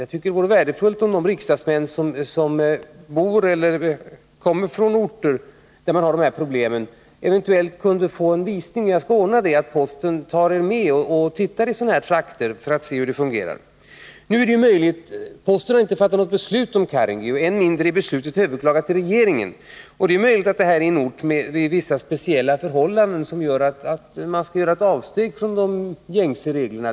Jag tycker att det vore värdefullt om de riksdagsmän som kommer från orter med de här problemen eventuellt kunde få en visning. Jag skall ordna så att posten tar er med så att ni kan titta på hur det fungerar i sådana här trakter. Posten har inte fattat något beslut om Karungi, än mindre är beslutet överklagat till regeringen. Det är möjligt att Karungi är en ort med vissa speciella förhållanden, som innebär att man skall göra ett avsteg från de gängse reglerna.